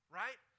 right